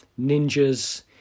ninjas